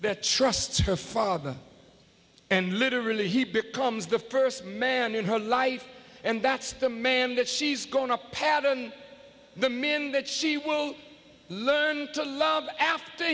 the trust her father and literally he becomes the first man in her life and that's the man that she's going a pattern the men that she will learn to love after